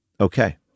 Okay